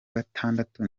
gatandatu